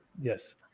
Yes